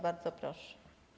Bardzo proszę.